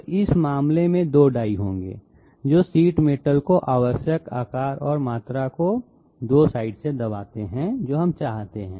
तो इस मामले में 2 डाई होंगे जो शीट मेटल को आवश्यक आकार और मात्रा को 2 साइड से दबाते हैं जो हम चाहते हैं